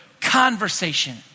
conversation